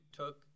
took